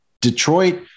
Detroit